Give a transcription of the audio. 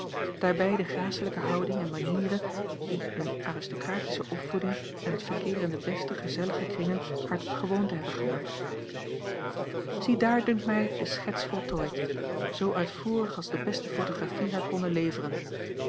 daarbij de gracelijke houding en manieren die eene aristocratische opvoeding en het verkeer in de beste gezellige kringen haar tot gewoonte hebben gemaakt ziedaar dunkt mij de schets voltooid zoo uitvoerig als de beste photographie haar konde leveren